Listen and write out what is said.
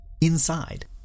inside